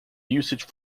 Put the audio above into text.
usage